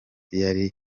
yari